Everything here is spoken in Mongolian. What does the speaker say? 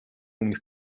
өмнөх